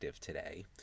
today